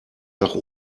nach